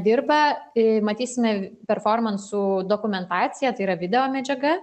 dirba i matysime performansų dokumentaciją tai yra videomedžiaga